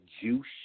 juice